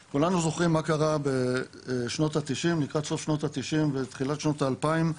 קרה בשנות ה-90' לקראת סוף שנות ה-90' תחילת שנות ה-2000,